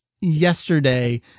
yesterday